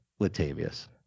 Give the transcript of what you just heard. Latavius